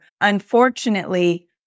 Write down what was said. unfortunately